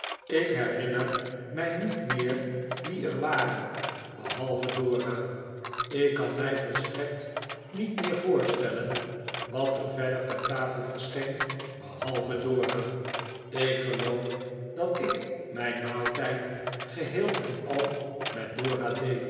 ik herinner mij niet meer wie er waren david copperfield behalve dora ik kan mij volstrekt niet meejxvoorstellen wat er verder ter tafel verscheen behalve dora ik geloof dat ik mijn maaltijd geheel en al met